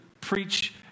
preach